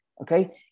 okay